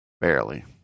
barely